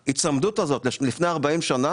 ההיצמדות הזו למה שהיה לפני 40 שנה